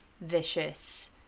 vicious